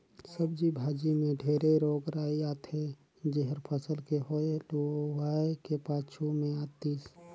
सब्जी भाजी मे ढेरे रोग राई आथे जेहर फसल के होए हुवाए के पाछू मे आतिस